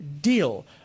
Deal